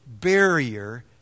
barrier